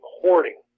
hoarding